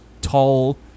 tall